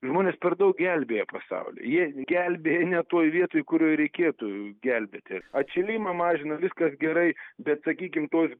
žmonės per daug gelbėja pasaulį jie gelbėja ne toj vietoj kurioj reikėtų gelbėti atšilimą mažina viskas gerai bet sakykim tos